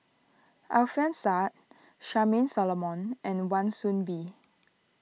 Alfian Sa'At Charmaine Solomon and Wan Soon Bee